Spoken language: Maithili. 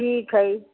ठीक हइ